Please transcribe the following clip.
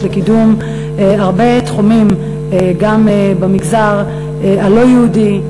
לקידום הרבה תחומים גם במגזר הלא-יהודי,